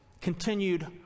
Continued